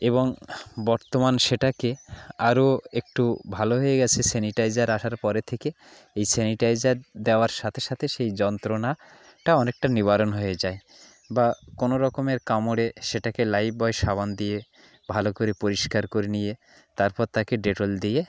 এবং বর্তমান সেটাকে আরও একটু ভালো হয়ে গিয়েছে স্যানিটাইজার আসার পরে থেকে এই স্যানিটাইজার দেওয়ার সাথে সাথে সেই যন্ত্রণা টা অনেকটা নিবারণ হয়ে যায় বা কোনো রকমের কামড়ে সেটাকে লাইফবয় সাবান দিয়ে ভালো করে পরিষ্কার করে নিয়ে তারপর তাকে ডেটল দিয়ে